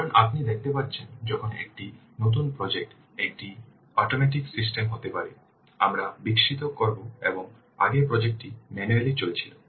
কারণ আপনি দেখতে পাচ্ছেন যখন একটি নতুন প্রজেক্ট একটি স্বয়ংক্রিয়তা সিস্টেম হতে পারে আমরা বিকশিত করব এবং আগে প্রজেক্ট টি ম্যানুয়ালি চলছিল